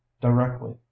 directly